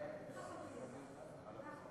יש לנו שתי הבעות דעה.